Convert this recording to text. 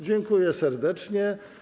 Dziękuję serdecznie.